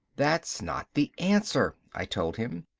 that's not the answer, i told him.